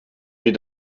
die